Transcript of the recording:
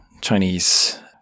Chinese